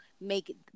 make